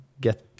get